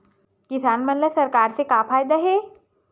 किसान मन ला सरकार से का फ़ायदा हे?